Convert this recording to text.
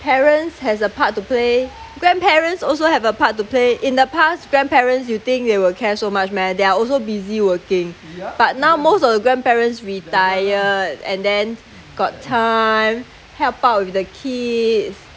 parents has a part to play grandparents also have a part to play in the past grandparents you think they will care so much meh they're are also busy working but now most of the grandparents retired and then got time help out with the kids